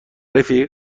رفیق